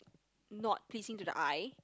not pleasing to the eye